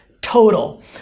total